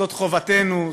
זאת חובתנו,